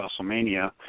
WrestleMania